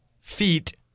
feet